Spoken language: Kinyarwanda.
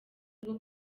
ubwo